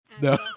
No